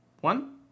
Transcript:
one